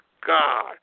God